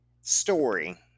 story